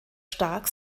stark